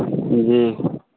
जी